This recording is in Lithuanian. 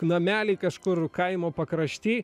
namely kažkur kaimo pakrašty